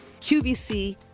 QVC